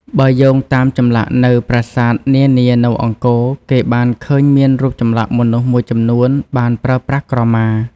បើយោងតាមចម្លាក់នៅប្រាសាទនានានៅអង្គរ គេបានឃើញមានរូបចម្លាក់មនុស្សមួយចំនួនបានប្រើប្រាស់ក្រមា។